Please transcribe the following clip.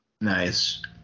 nice